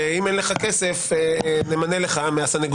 ואם אין לך כסף נמנה לך מהסנגוריה.